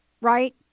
Right